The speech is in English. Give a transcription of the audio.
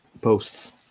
posts